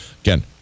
Again